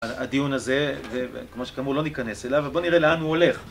הדיון הזה, כמו שכאמור, לא ניכנס אליו, אבל בוא נראה לאן הוא הולך.